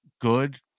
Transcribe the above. good